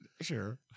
Sure